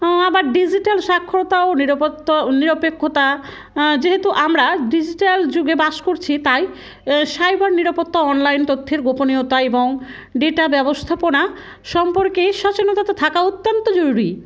আবার ডিজিটাল স্বাক্ষরতা ও নিরাপত্তা নিরপেক্ষতা যেহেতু আমরা ডিজিটাল যুগে বাস করছি তাই সাইবার নিরাপত্তা অনলাইন তথ্যের গোপনীয়তা এবং ডেটা ব্যবস্থাপনা সম্পর্কেই সচেনতা থাকা অত্যন্ত জরুরি